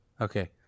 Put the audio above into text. Okay